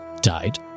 died